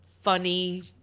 funny